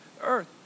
earth